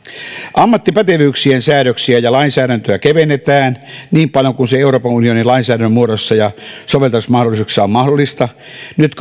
ammattipätevyyksien säädöksiä ja lainsäädäntöä kevennetään niin paljon kuin euroopan unionin lainsäädännön muodossa ja soveltamismahdollisuuksissa on mahdollista nyt